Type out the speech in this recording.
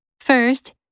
First